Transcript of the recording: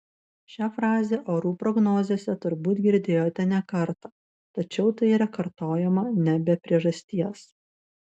šią frazę orų prognozėse turbūt girdėjote ne kartą tačiau tai yra kartojama ne be priežasties